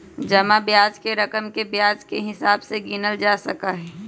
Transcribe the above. जमा ब्याज के रकम के ब्याज के हिसाब से गिनल जा सका हई